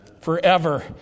forever